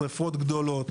שריפות גדולות,